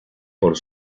por